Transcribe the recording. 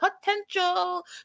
potential